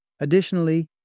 Additionally